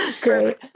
great